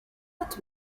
what